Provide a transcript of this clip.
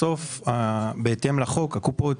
בסוף בהתאם לחוק לקופות